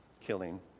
killing